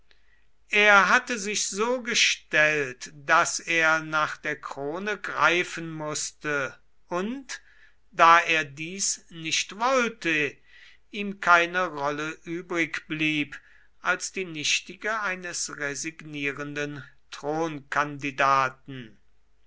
er hatte sich so gestellt daß er nach der krone greifen mußte und da er dies nicht wollte ihm keine rolle übrig blieb als die nichtige eines resignierenden